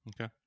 Okay